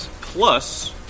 plus